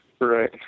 Right